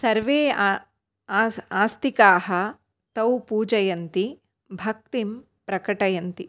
सर्वे आ आस्तिकाः तौ पूजयन्ति भक्तिं प्रकटयन्ति